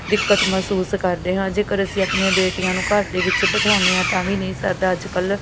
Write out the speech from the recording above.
ਦਿੱਕਤ ਮਹਿਸੂਸ ਕਰਦੇ ਹਾਂ ਜੇਕਰ ਅਸੀਂ ਆਪਣੀਆਂ ਬੇਟੀਆਂ ਨੂੰ ਘਰ ਦੇ ਵਿੱਚ ਬਿਠਾਉਂਦੇ ਹਾਂ ਤਾਂ ਵੀ ਨਹੀਂ ਸਰਦਾ ਅੱਜ ਕੱਲ੍ਹ